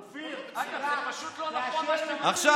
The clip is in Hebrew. אופיר, זה פשוט לא נכון מה שאתה, עכשיו,